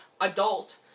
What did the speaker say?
adult